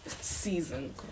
season